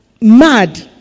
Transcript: mad